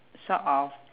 sort of